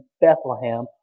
Bethlehem